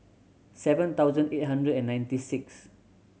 seven thousand eight hundred and ninety six